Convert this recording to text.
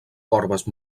corbes